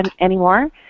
anymore